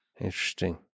Interesting